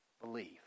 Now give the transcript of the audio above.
believe